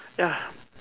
ya